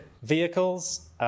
Vehicles